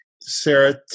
Sarah